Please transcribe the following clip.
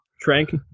Trank